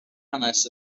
hanes